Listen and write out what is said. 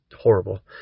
horrible